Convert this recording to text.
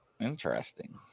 interesting